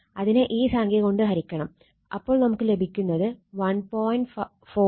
അതിനെ ഈ സംഖ്യ കൊണ്ട് ഹരിക്കണം അപ്പോൾ നമുക്ക് ലഭിക്കുന്നത് 1